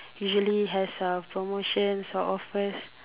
usually has uh promotions or offers